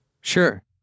Sure